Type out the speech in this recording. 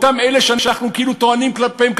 אותם אלה שאנחנו כאילו טוענים כלפיהם שהם,